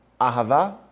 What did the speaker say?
Ahava